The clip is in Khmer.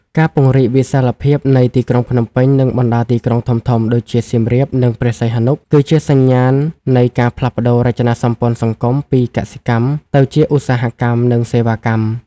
ការពង្រីកវិសាលភាពនៃទីក្រុងភ្នំពេញ និងបណ្ដាទីក្រុងធំៗដូចជាសៀមរាប និងព្រះសីហនុ គឺជាសញ្ញាណនៃការផ្លាស់ប្តូររចនាសម្ព័ន្ធសង្គមពីកសិកម្មទៅជាឧស្សាហកម្ម និងសេវាកម្ម។